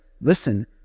listen